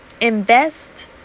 invest